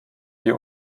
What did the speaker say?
wir